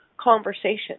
conversation